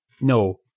No